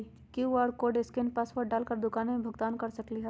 QR code scan password डाल कर दुकान में भुगतान कर सकलीहल?